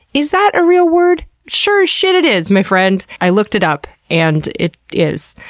is that a real word? sure as shit it is, my friend. i looked it up and it is.